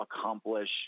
accomplish